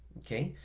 okay?